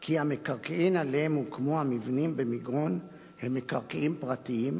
כי המקרקעין שעליהם הוקמו המבנים במגרון הם מקרקעין פרטיים,